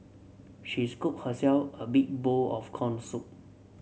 she scooped herself a big bowl of corn soup